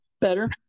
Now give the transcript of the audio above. better